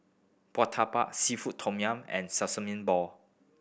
Murtabak Seafood Tom Yum and Sesame Ball